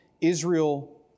Israel